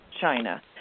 China